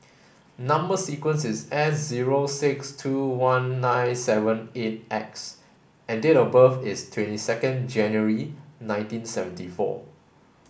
number sequence is S zero six two one nine seven eight X and date of birth is twenty second January nineteen seventy four